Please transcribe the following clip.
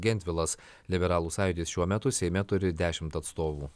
gentvilas liberalų sąjūdis šiuo metu seime turi dešimt atstovų